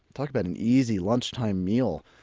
talk about an easy lunchtime meal